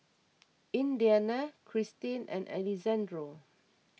Indiana Kristyn and Alexandro